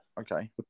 Okay